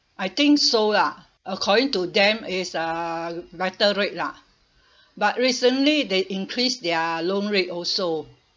I think so lah according to them is a better rate lah but recently they increase their loan rate also